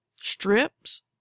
strips